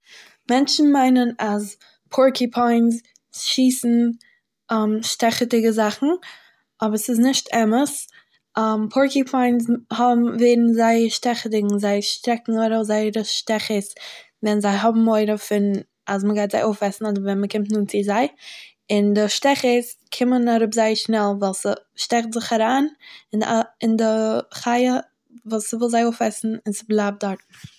מענטשען מיינען אז פארקיופיינס שיסן שטעכעדיגע זאכן, אבער ס'איז נישט אמת פארקיופיינס האבן ווערן זייער שטעכעדיג און זיי שטעקן ארויס זייערע שטעכעס ווען זיי האבן מורא פון, אז מ'גייט זיי אויפעסן אדער ווען מ'קומט נאנט צו זיי און די שעטעכערס קומען אראפ זייער שנעל ווייל ס'שטעקט זיך אריין אין די חי' וואס ס'וויל זיי אויפעסן און ס'בלייט דארט.